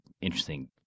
interesting